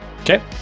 Okay